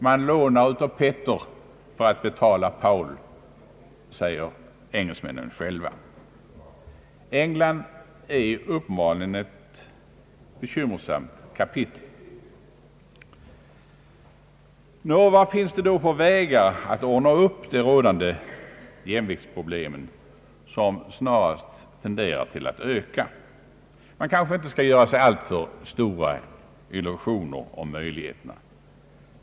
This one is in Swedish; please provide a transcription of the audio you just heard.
Man lånar av Peter för att betala Paul, säger engelsmännen själva. England är uppenbarligen ett bekymmersamt kapitel. Nå, vad finns det då för vägar att ordna upp de rådande jämviktsproblemen som snarast tenderar att öka? Man skall kanske inte göra sig alltför stora illusioner om möjligheterna.